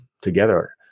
together